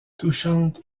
touchante